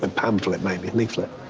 and pamphlet, maybe, a leaflet.